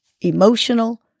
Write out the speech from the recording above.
emotional